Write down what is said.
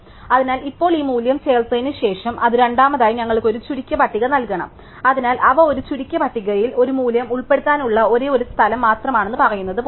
അതിനാൽ ഇപ്പോൾ ഈ മൂല്യം ചേർത്തതിനുശേഷം അത് രണ്ടാമതായി ഞങ്ങൾക്ക് ഒരു ചുരുക്കിയ പട്ടിക നൽകണം അതിനാൽ അവ ഒരു ചുരുക്കിയ പട്ടികയിൽ ഒരു മൂല്യം ഉൾപ്പെടുത്താനുള്ള ഒരേയൊരു സ്ഥലം മാത്രമാണെന്ന് പറയുന്നത് പോലെയാണ്